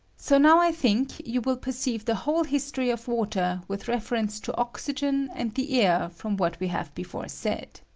so now i think you will perceive the whole history of water with reference to oxygen and the air from what we have before said.